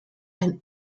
ein